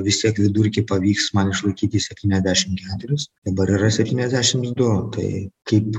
vis tiek vidurkį pavyks man išlaikyti septyniasdešim keturis dabar yra septyniasdešims du tai kaip